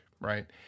Right